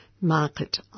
market